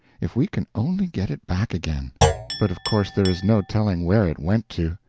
if we can only get it back again but of course there is no telling where it went to.